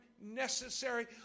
necessary